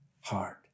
heart